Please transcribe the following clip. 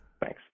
Thanks